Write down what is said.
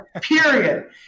Period